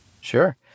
Sure